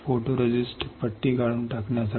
photoresist पट्टीसाठी